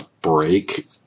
break